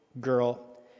girl